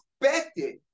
expected